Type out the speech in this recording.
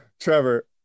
Trevor